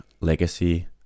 legacy